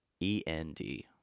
END